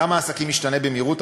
עולם העסקים משתנה במהירות,